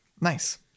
nice